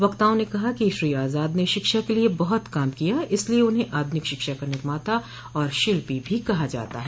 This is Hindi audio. वक्ताओं ने कहा कि श्री आजाद ने शिक्षा के लिये बहुत काम किया इसलिये उन्हें आधुनिक शिक्षा का निर्माता और शिल्पी भी कहा जाता है